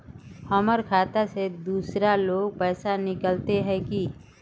हमर खाता से दूसरा लोग पैसा निकलते है की?